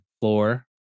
floor